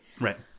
Right